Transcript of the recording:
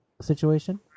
situation